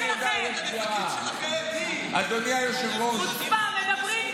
המצביעים שלנו רוצים את הרפורמה.